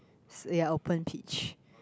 s~ ya open peach